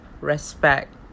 respect